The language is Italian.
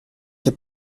che